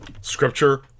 Scripture